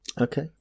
Okay